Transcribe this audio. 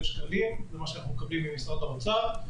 שקל זה מה שאנחנו מקבלים ממשרד האוצר.